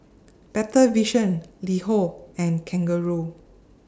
Better Vision LiHo and Kangaroo